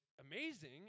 amazing